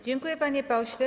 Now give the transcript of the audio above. Dziękuję, panie pośle.